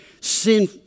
Sin